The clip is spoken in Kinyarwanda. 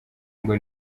ngo